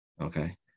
okay